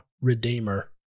Redeemer